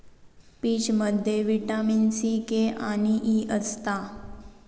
पीचमध्ये vitamin C, K आणि E असता